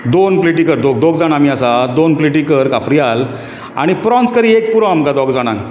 दोन प्लेटी कर दोग जाण आमी आसा दोन प्लेटी कर काफ्रीयल आनी प्रोन्स करी एक पूरो आमकां दोग जाणांक